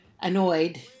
annoyed